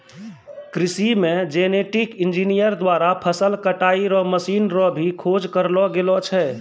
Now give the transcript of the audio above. कृषि मे genetic engineer द्वारा फसल कटाई रो मशीन रो भी खोज करलो गेलो छै